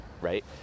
right